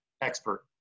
expert